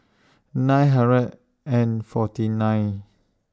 nine hundred and forty nine